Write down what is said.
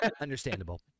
Understandable